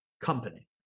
company